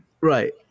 right